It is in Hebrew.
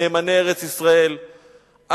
נאמני ארץ-ישראל,